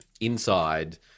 inside